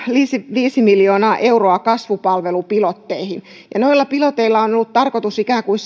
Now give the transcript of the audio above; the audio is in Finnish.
viisi miljoonaa euroa kasvupalvelupilotteihin noilla piloteilla on ollut tarkoitus ikään kuin